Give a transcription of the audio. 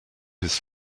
his